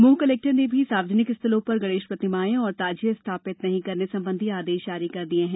Damoh collector ने भी सार्वजनिक स्थलों पर गणेश प्रतिमा और ताजिए स्थापित नहीं करने संबंधी आदेश जारी किये हैं